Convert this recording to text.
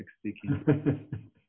speaking